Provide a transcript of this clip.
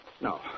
No